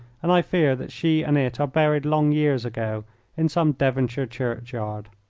and i fear that she and it are buried long years ago in some devonshire churchyard.